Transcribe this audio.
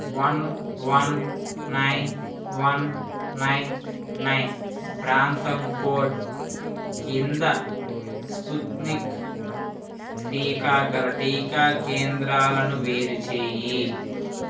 one one nine one nine nine ప్రాంతం code కింద Sputnik టీకా గల టీకా కేంద్రాలను వేరుచేయి